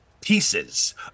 Pieces